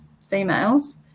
females